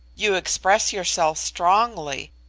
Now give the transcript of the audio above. you express yourself strongly.